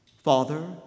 Father